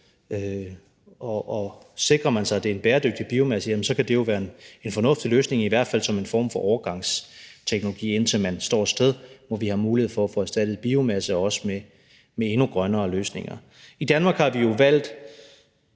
og sikrer man sig, at det er en bæredygtig biomasse, jamen så kan det jo være en fornuftig løsning, i hvert fald som en form for overgangsteknologi, indtil man står et sted, hvor man har mulighed for at få erstattet biomasse, også med endnu grønnere løsninger. I Danmark har vi jo valgt